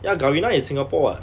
ya Garena is singapore [what]